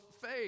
faith